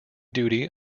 duty